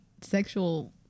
sexual